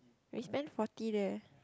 we spend forty there